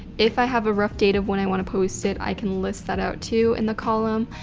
if i have a rough date of when i wanna post it, i can list that out too, in the column.